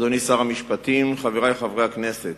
אדוני שר המשפטים, חברי חברי הכנסת,